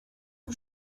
que